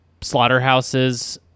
slaughterhouses